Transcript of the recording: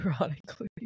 ironically